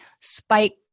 spike